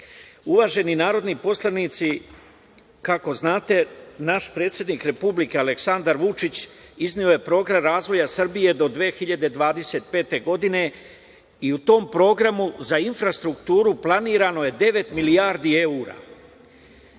mostova. Uvaženi narodni poslanici, kako znate, naš predsednik Republike Aleksandar Vučić izneo je program razvoja Srbije do 2025. godine i u tom programu za infrastrukturu planirano je devet milijardi evra